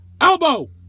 elbow